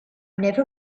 never